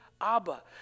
Abba